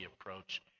approach